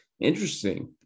interesting